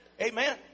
Amen